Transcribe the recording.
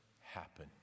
happen